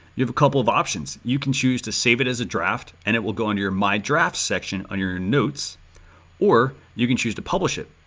you have a couple of options. you can choose to save it as a draft and it will go under your my drafts section, under your notes or you can choose to publish it.